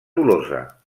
tolosa